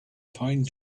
pine